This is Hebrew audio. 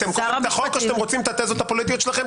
אתם קוראים את החוק או שאתם רוצים את התזות הפוליטיות שלכם?